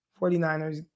49ers